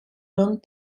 don